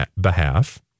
behalf